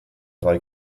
drei